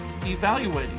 evaluating